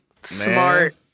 smart